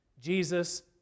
Jesus